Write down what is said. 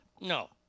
No